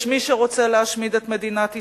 יש מי שרוצה להשמיד את מדינת ישראל.